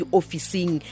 Officing